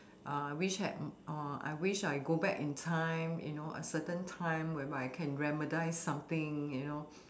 uh I wish had oh I wish I go back in time you know a certain time whereby I can reminisce something you know